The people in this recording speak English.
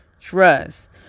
trust